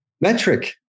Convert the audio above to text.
metric